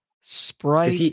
Sprite